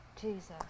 Jesus